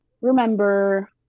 remember